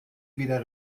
wieder